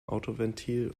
autoventil